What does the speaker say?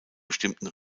bestimmten